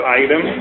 item